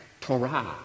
Torah